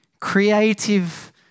creative